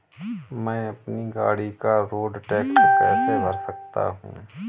मैं अपनी गाड़ी का रोड टैक्स कैसे भर सकता हूँ?